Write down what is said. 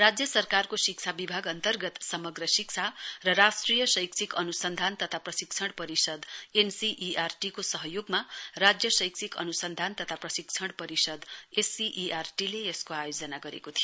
राज्य सरकारको शिक्षा विभाग अन्तर्गत समग्र शिक्षा र राष्ट्रिय शैक्षिक अनुसन्धान तथा प्रसिक्षण परिषद एनसीईआरटी को सहयोगमा राज्य शैक्षिक अनुसन्धान तथा प्रशिक्षण परिषद एससीईआईटी ले यसको आयोजना गरेको थियो